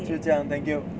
就这样 thank you